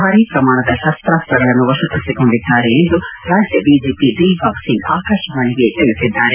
ಭಾರಿ ಪ್ರಮಾಣದ ಶಸ್ತಾಸ್ತಗಳನ್ನು ವಶಪಡಿಸಿಕೊಂಡಿದ್ದಾರೆ ಎಂದು ರಾಜ್ಯ ಡಿಜಿಪಿ ದಿಲ್ಲಾಗ್ಸಿಂಗ್ ಆಕಾಶವಾಣಿಗೆ ತಿಳಿಸಿದ್ದಾರೆ